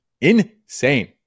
Insane